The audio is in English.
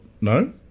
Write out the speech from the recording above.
No